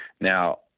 Now